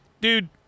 Dude